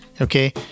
okay